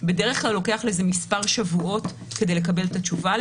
בדרך כלל לוקח לזה מספר שבועות כדי לקבל את התשובה.